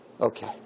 Okay